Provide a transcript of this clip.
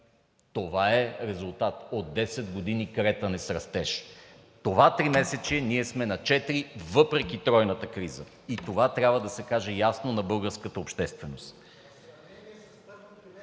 Това е резултат от 10 години кретане с растеж. Това тримесечие ние сме на 4% въпреки тройната криза и това трябва да се каже ясно на българската общественост.